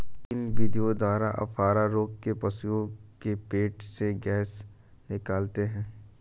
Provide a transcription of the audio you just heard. किन विधियों द्वारा अफारा रोग में पशुओं के पेट से गैस निकालते हैं?